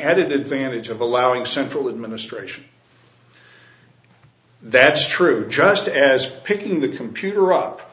added advantage of allowing central administration that's true just as picking the computer up